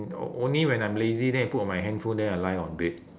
o~ only when I'm lazy then it put on my handphone then I lie on bed